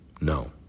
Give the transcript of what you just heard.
No